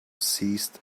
seized